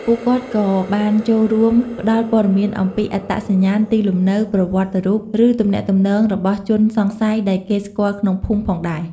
ពួកគាត់ក៏ចូលរួមផ្ដល់ព័ត៌មានអំពីអត្តសញ្ញាណ ទីលំនៅ ប្រវត្តិរូប ឬទំនាក់ទំនងរបស់ជនសង្ស័យដែលគេស្គាល់ក្នុងភូមិផងដែរ។